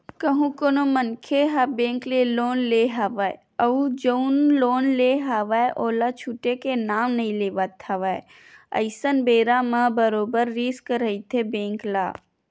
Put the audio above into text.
कहूँ कोनो मनखे ह बेंक ले लोन ले हवय अउ जउन लोन ले हवय ओला छूटे के नांव नइ लेवत हवय अइसन बेरा म बरोबर रिस्क रहिथे बेंक ल